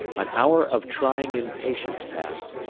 an hour of trying impatience passed,